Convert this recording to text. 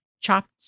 chopped